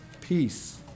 Peace